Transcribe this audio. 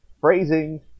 Phrasing